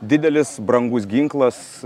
didelis brangus ginklas